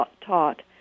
taught